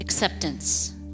Acceptance